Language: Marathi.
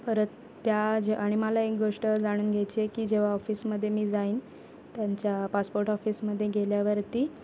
परत त्या जे आणि मला एक गोष्ट जाणून घ्यायची आहे की जेव्हा ऑफिसमध्ये मी जाईन त्यांच्या पासपोर्ट ऑफिसमध्ये गेल्यावरती